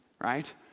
right